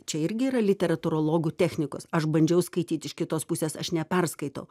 čia irgi yra literatūrologų technikos aš bandžiau skaityt iš kitos pusės aš neperskaitau